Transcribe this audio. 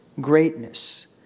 greatness